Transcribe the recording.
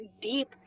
deep